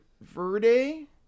Verde